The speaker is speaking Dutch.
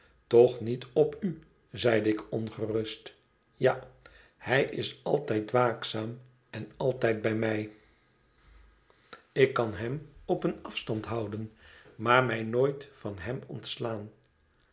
toch niet op u zeide ik ongerust ja hij is altijd waakzaam en altijd bij mij ik kan hem op een afstand houden maar mij nooit van hem ontslaan